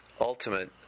ultimate